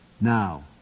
Now